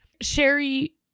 Sherry